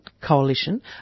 Coalition